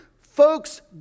Folks